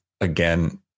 again